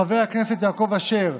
חבר הכנסת יעקב אשר,